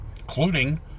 including